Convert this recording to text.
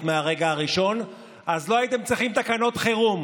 מהרגע הראשון אז לא הייתם צריכים תקנות חירום,